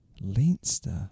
Leinster